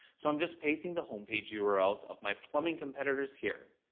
so i'm just pasting the homepage yeah urls of my plumbing competitors here.